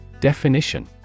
Definition